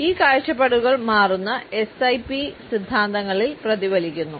ഈ കാഴ്ചപ്പാടുകൾ മാറുന്ന എസ്ഐപി സിദ്ധാന്തങ്ങളിൽ പ്രതിഫലിക്കുന്നു